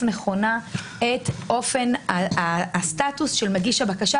נכונה את אופן הסטטוס של מגיש הבקשה.